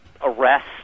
arrest